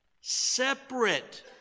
separate